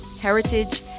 heritage